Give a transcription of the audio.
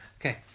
Okay